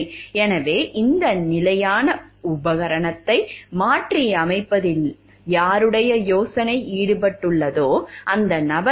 எனவே இந்த நிலையான உபகரணத்தை மாற்றியமைப்பதில் யாருடைய யோசனை ஈடுபட்டுள்ளதோ அந்த நபர் யார்